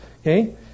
Okay